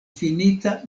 finita